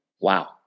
Wow